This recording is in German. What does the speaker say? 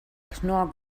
knorr